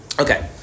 Okay